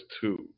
two